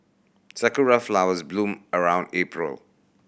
sakura flowers bloom around April